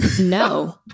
no